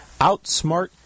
outsmart